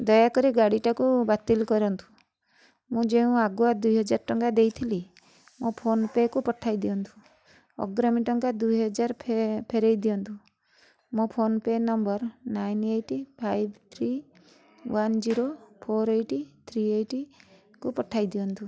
ଦୟାକରି ଗାଡ଼ିଟାକୁ ବାତିଲ କରନ୍ତୁ ମୁଁ ଯେଉଁ ଆଗୁଆ ଦୁଇ ହଜାର ଟଙ୍କା ଦେଇଥିଲି ମୋ ଫୋନ୍ ପେକୁ ପଠାଇଦିଅନ୍ତୁ ଅଗ୍ରୀମ ଟଙ୍କା ଦୁଇ ହଜାର ଫେରାଇଦିଅନ୍ତୁ ମୋ PhonePe number nine eight five three one zero four eight three ଏଇଟ୍କୁ ପଠାଇଦିଅନ୍ତୁ